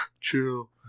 Chill